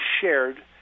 shared